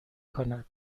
کند